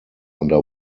under